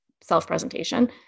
self-presentation